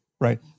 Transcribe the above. right